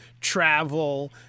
travel